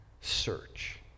search